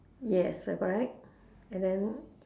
yes err correct and then